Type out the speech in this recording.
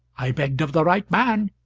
i begged of the right man.